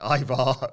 Ivar